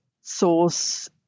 source